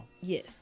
Yes